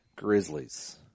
Grizzlies